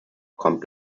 kommt